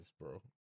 bro